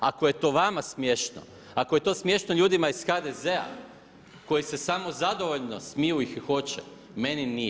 Ako je to vama smiješno, ako je to smiješno ljudima iz HDZ-a, koji se samozadovoljno smiju i hihoće, meni nije.